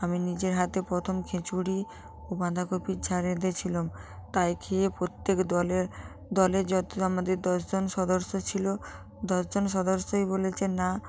আমি নিজের হাতে প্রথম খিচুড়ি বাঁধাকপির ঝাল রেঁধেছিলাম তাই খেয়ে প্রত্যেক দলের দলের যত আমাদের দশ জন সদস্য ছিল দশ জন সদস্যই বলেছে না